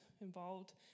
involved